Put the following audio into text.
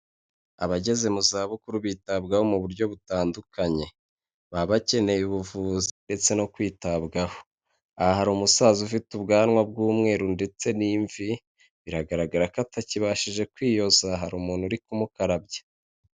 Abageze mu zabukuru bitabwaho mu buryo butandukanye, baba bakeneye ubuvuzi ndetse no kwitabwaho. Aha hari umusaza ufite ubwanwa bw'umweru ndetse n'imvi biragaragara ko atakibashije kwiyoza hari umuntu uri kumukarabya.